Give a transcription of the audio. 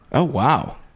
oh wow.